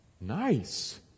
Nice